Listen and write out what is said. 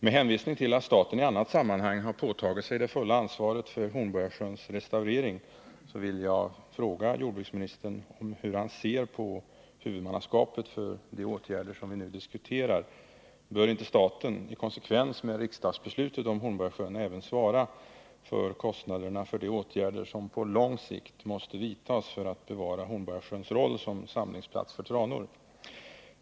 Med anledning av att staten i ett annat sammanhang har påtagit sig det fulla ansvaret för Hornborgasjöns restaurering vill jag fråga jordbruksministern hur han ser på huvudmannaskapet när det gäller de åtgärder som vi nu diskuterar. Bör inte staten i konsekvens med riksdagsbeslutet om Hornborgasjön även svara för kostnaderna för de åtgärder som på lång sikt måste vidtas för att bevara Hornborgasjöns roll som samlingsplats för tranor?